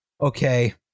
Okay